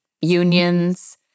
unions